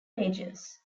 majors